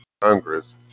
Congress